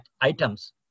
items